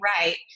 right